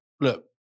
look